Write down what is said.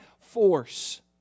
force